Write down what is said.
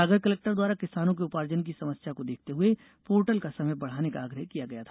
सागर collector द्वारा किसानों के उपार्जन की समस्या को देखते हुए पोर्टल का समय बढ़ाने का आग्रह किया गया था